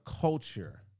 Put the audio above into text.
culture